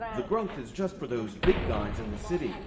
the growth is just for those big guys in the city, i mean